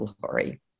glory